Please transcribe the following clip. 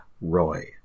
Roy